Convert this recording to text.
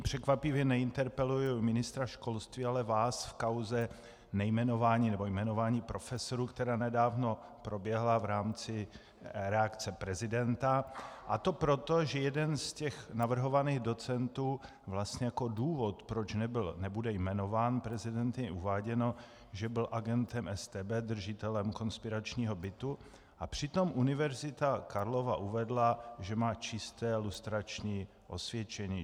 Překvapivě neinterpeluji ministra školství, ale vás v kauze nejmenování nebo jmenování profesorů, která nedávno proběhla v rámci reakce prezidenta, a to proto, že jeden z těch navrhovaných docentů vlastně jako důvod, proč nebyl, nebude jmenován prezidentem, je uváděno, že byl agentem StB, držitelem konspiračního bytu, a přitom Univerzita Karlova uvedla, že má čisté lustrační osvědčení.